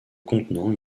contenant